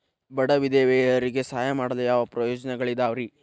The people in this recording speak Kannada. ಬಡ ವಿಧವೆಯರಿಗೆ ಸಹಾಯ ಮಾಡಲು ಯಾವ ಯೋಜನೆಗಳಿದಾವ್ರಿ?